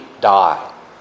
die